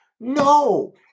No